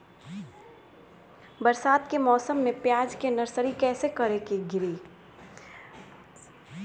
बरसात के मौसम में प्याज के नर्सरी कैसे गिरी?